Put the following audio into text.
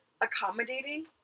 accommodating